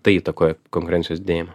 tai įtakoja konkurencijos dėmę